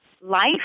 life